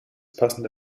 passende